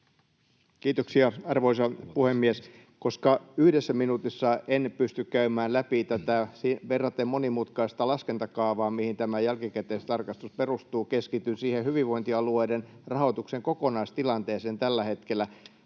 Kiitoksia, arvoisa puhemies! Koska yhdessä minuutissa en pysty käymään läpi tätä verraten monimutkaista laskentakaavaa, mihin tämä jälkikäteistarkastus perustuu, keskityn siihen hyvinvointialueiden rahoituksen kokonaistilanteeseen tällä hetkellä.